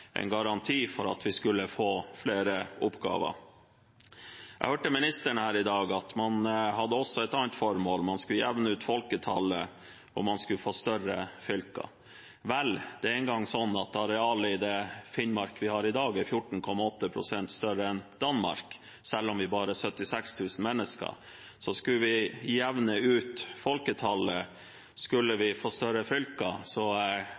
en garanti for at vi skulle få flere oppgaver. Jeg hørte statsråden her i dag snakke om at man også hadde et annet formål – man skulle jevne ut folketallet, og man skulle få større fylker. Vel, det er engang slik at arealet i det Finnmark vi har i dag, er 14,8 pst. større enn Danmark, selv om vi bare er 76 000 mennesker. Så skulle vi jevne ut folketallet, skulle vi få større fylker,